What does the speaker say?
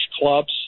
clubs